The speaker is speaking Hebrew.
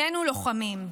שנינו לוחמים,